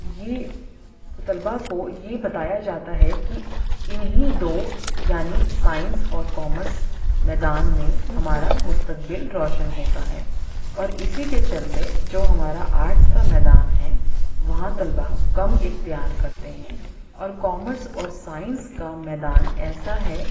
یہ طلبہ کو یہ بتایا جاتا ہے کہ انہی دو یعنی سائنس اور کامرس میدان میں ہمارا مستقبل روشن ہوتا ہے اور اسی کے چلتے جو ہمارا آرٹس کا میدان ہے وہاں طلبہ کم اختیار کرتے ہیں اور کامرس اور سائنس کا میدان ایسا ہے